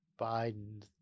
biden